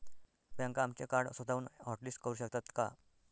बँका आमचे कार्ड स्वतःहून हॉटलिस्ट करू शकतात का?